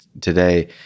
today